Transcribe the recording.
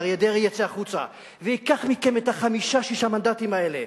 כשאריה דרעי יצא החוצה וייקח מכם את חמישה-שישה המנדטים האלה.